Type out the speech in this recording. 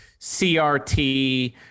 CRT